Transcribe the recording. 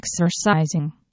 exercising